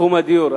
בתחום הדיור.